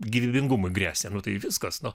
gyvybingumui gresia tai viskas nu